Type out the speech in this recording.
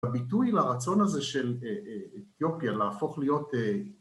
הביטוי לרצון הזה של אתיופיה להפוך להיות